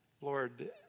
Lord